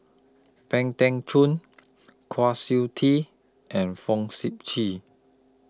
Pang Teck Joon Kwa Siew Tee and Fong Sip Chee